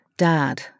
Dad